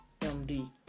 MD